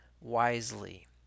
wisely